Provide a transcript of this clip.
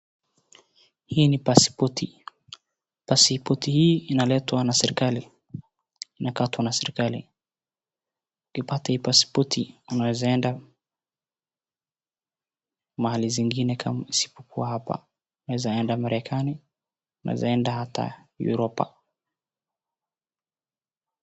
Hii ni pasipoti. Pasipoti hii inaletwa na serikali, inakatwa na serikali. Ukipata hii pasipoti unaweza mahali zingine kama isipokuwa hapa, unaweza enda Umerekani, unaweza kwenda hata Europa.